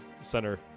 center